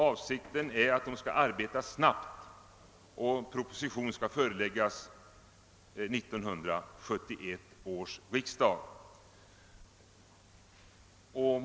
Avsikten är att utredningen skall arbeta snabbt och att proposition skall föreläggas 1971 års riksdag.